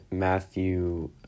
Matthew